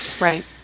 Right